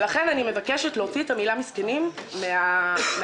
לכן אני מבקשת להוציא את המילה "מסכנים" מן הלקסיקון.